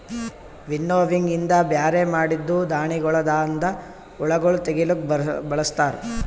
winnowing ಇಂದ ಬ್ಯಾರೆ ಮಾಡಿದ್ದೂ ಧಾಣಿಗೊಳದಾಂದ ಹುಳಗೊಳ್ ತೆಗಿಲುಕ್ ಬಳಸ್ತಾರ್